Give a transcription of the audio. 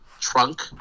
trunk